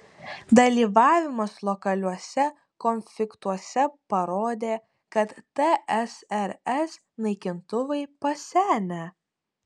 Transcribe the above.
dalyvavimas lokaliuose konfliktuose parodė kad tsrs naikintuvai pasenę